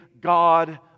God